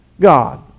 God